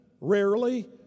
Rarely